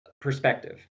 perspective